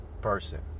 person